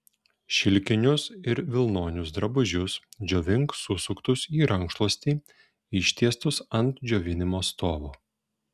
šilkinius ir vilnonius drabužius džiovink susuktus į rankšluostį ištiestus ant džiovinimo stovo